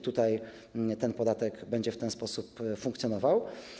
Tutaj ten podatek będzie w ten sposób funkcjonował.